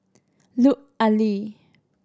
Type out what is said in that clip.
Lut Ali